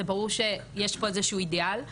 זה ברור שיש פה איזשהו אידיאל,